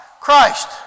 Christ